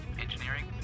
Engineering